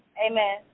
Amen